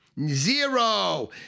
Zero